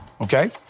Okay